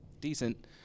decent